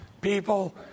people